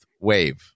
wave